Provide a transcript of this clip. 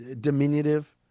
diminutive